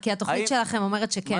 כן, כבר יש קיימים גם שניים כאלה היום.